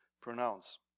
pronounce